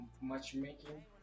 matchmaking